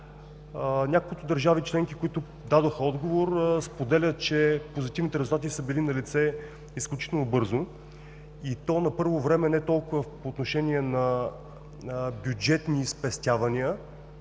Няколкото държави членки, които дадоха отговор, споделят, че позитивните резултати са били налице изключително бързо и то, на първо време, не толкова по отношение на бюджетни спестявания